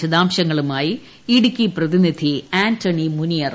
വിശദാംശങ്ങളുമായി ഇടുക്കി പ്രതീനിധി ആന്റണി മുനിയറ